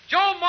Joe